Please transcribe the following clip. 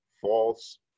false